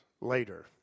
later